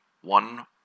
one